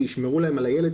שישמרו להם על הילד,